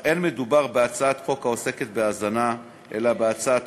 אבל אין מדובר בהצעת חוק העוסקת בהזנה אלא בהצעת